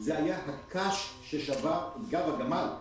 זה היה הקש ששבר את גב הגמל.